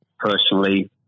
personally